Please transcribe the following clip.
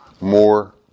more